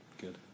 Good